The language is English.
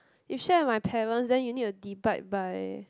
if share with my parents then you need to divide by